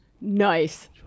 Nice